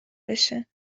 بشه